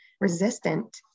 resistant